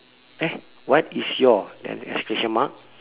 eh what is your then exclamation mark